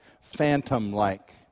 phantom-like